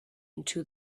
into